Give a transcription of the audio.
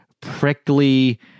prickly